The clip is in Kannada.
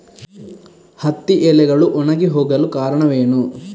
ಹತ್ತಿ ಎಲೆಗಳು ಒಣಗಿ ಹೋಗಲು ಕಾರಣವೇನು?